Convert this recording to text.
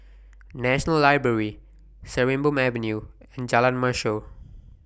National Library Sarimbun Avenue and Jalan Mashor